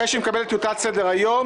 אחרי שהיא מקבלת טיוטת סדר-היום,